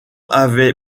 avait